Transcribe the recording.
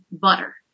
butter